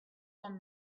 one